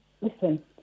listen